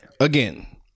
again